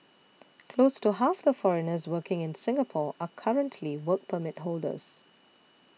close to half the foreigners working in Singapore are currently Work Permit holders